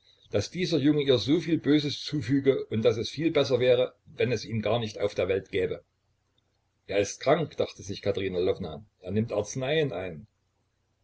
daß dieser junge ihr soviel böses zufüge und daß es viel besser wäre wenn es ihn gar nicht auf der welt gäbe er ist krank dachte sich katerina lwowna er nimmt arzneien ein